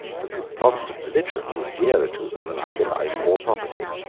but that the protestant religion was dearer to them than either life or property.